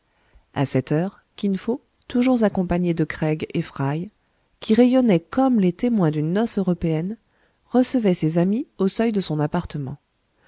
a sept heures kin fo toujours accompagné de craig et fry qui rayonnaient comme les témoins d'une noce européenne recevait ses amis au seuil de son appartement